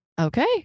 Okay